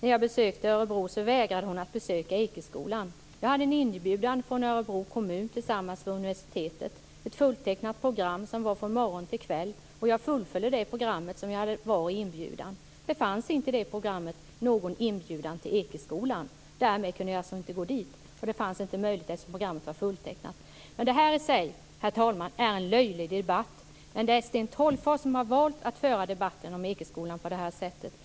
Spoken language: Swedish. när jag besökte Örebro, vägrade att besöka Ekeskolan. Jag var inbjuden av Örebro kommun tillsammans med universitetet. Jag hade ett fulltecknat program som varade från morgon till kväll, och jag fullföljde programmet i inbjudan. Det fanns inte i detta program någon inbjudan till Ekeskolan. Därmed kunde jag alltså inte gå dit, och det fanns inte heller möjlighet eftersom programmet var fulltecknat. Men det här, herr talman, är i sig en löjlig debatt. Men det är Sten Tolgfors som har valt att föra debatten om Ekeskolan på det här sättet.